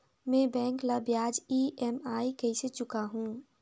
मैं बैंक ला ब्याज ई.एम.आई कइसे चुकाहू?